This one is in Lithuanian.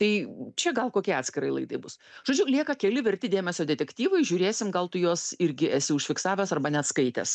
tai čia gal kokie atskirai laidai bus žodžiu lieka keli verti dėmesio detektyvai žiūrėsim gal tu juos irgi esi užfiksavęs arba net skaitęs